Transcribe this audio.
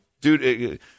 dude